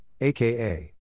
aka